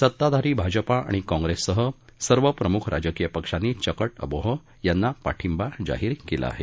सत्ताधारी भाजपा आणि काँप्रेससह सर्व प्रमुख राजकीय पक्षांनी चकट अबोह यांना पाठिंबा जाहीर केला आहे